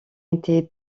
été